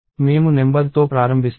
మేము నెంబర్ తో ప్రారంభిస్తాము